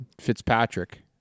Fitzpatrick